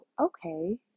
okay